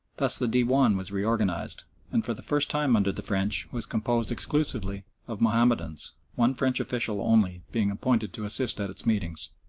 thus the dewan was reorganised and, for the first time under the french, was composed exclusively of mahomedans, one french official only being appointed to assist at its meetings.